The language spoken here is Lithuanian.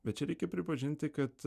bet čia reikia pripažinti kad